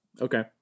okay